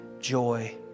joy